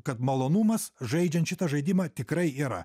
kad malonumas žaidžiant šitą žaidimą tikrai yra